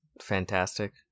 Fantastic